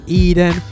eden